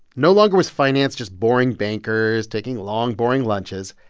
no longer was finance just boring bankers taking long, boring lunches.